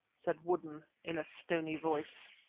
said woodden in a stony voice.